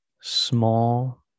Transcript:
Small